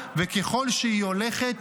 וככל שהיא הולכת,